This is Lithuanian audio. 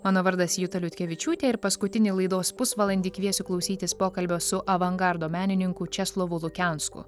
mano vardas juta liutkevičiūtė ir paskutinį laidos pusvalandį kviesiu klausytis pokalbio su avangardo menininku česlovu lukensku